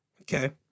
Okay